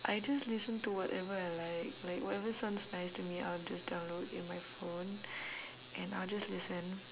I just listen to whatever I like like whatever sounds nice to me I'll just download in my phone and I'll just listen